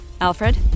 Alfred